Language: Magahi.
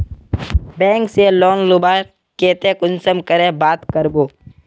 बैंक से लोन लुबार केते कुंसम करे बात करबो?